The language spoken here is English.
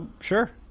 sure